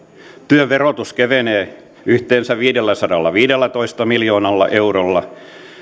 työn verotus kevenee yhteensä viidelläsadallaviidellätoista miljoonalla eurolla